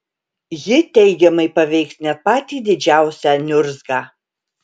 ji teigiamai paveiks net patį didžiausią niurzgą